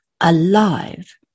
alive